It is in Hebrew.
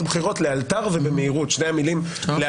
בחירות לאלתר ובמהירות שתי המילים שלא